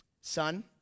son